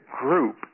group